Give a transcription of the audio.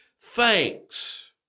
Thanks